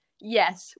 yes